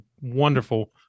wonderful